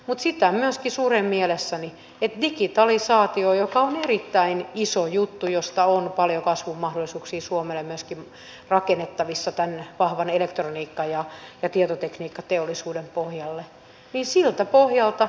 mutta sitä myöskin suren mielessäni että digitalisaation joka on erittäin iso juttu ja josta on paljon kasvun mahdollisuuksia suomelle myöskin rakennettavissa tämän vahvan elektroniikka ja tietotekniikkateollisuuden pohjalle ei siltä pohjalta